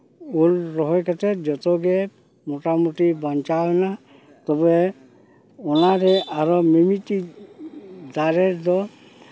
ᱩᱞ ᱨᱚᱦᱚᱭ ᱠᱟᱛᱮ ᱡᱚᱛᱚᱜᱮ ᱢᱚᱴᱟᱢᱩᱴᱤ ᱵᱟᱧᱪᱟᱣ ᱮᱱᱟ ᱛᱚᱵᱮ ᱚᱱᱟᱨᱮ ᱟᱨᱚ ᱢᱤᱫᱴᱤᱡ ᱫᱟᱨᱮ ᱫᱚ